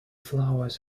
flowers